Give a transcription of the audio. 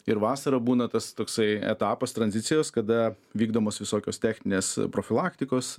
ir vasarą būna tas toksai etapas tranzicijos kada vykdomos visokios techninės profilaktikos